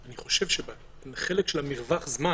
אני חושב שבחלק של מרווח הזמן,